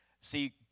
See